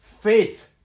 faith